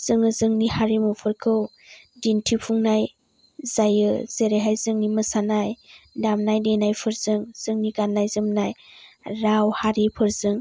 जोङो जोंनि हारिमुफोरखौ दिन्थिफुंनाय जायो जेरै हाय जोंनि मोसानाय दामनाय देनायफोरजों जोंनि गाननाय जोमनाय राव हारिफोरजों